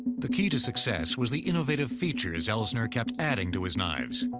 the key to success was the innovative features elsener kept adding to his knives.